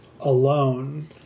alone